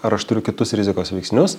ar aš turiu kitus rizikos veiksnius